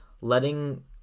letting